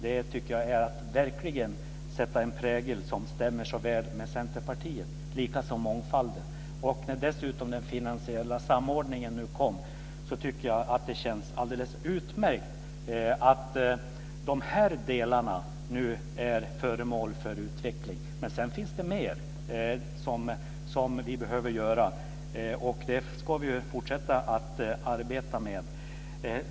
Det tycker jag verkligen är att sätta en prägel som överensstämmer med Centerpartiets syn. Det gäller också frågan om mångfalden. När det nu dessutom blev en finansiell samordning tycker jag att det känns alldeles utmärkt att de här delarna nu är föremål för utveckling. Men sedan finns det mer som vi behöver göra, och det ska vi fortsätta att arbeta med.